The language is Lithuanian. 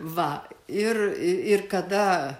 va ir ir kada